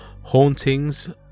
Hauntings